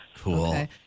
Cool